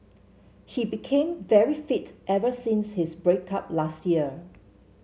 he became very fit ever since his break up last year